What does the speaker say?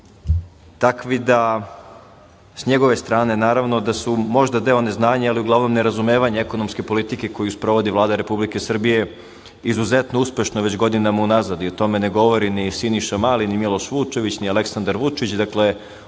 takvi da sa njegove strane naravno, da su možda deo neznanja i uglavnom nerazumevanja ekonomske politike koju sprovodi Vlada Republike Srbije izuzetno uspešna već godinama unazad i o tome ne govori ni Siniša Mali, ni Miloš Vučević, ni Aleksandar Vučić, dakle